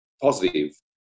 positive